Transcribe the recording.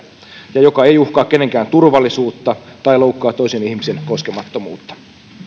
ja joka ei uhkaa kenenkään turvallisuutta tai loukkaa toisen ihmisen koskemattomuutta